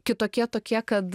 kitokie tokie kad